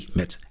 met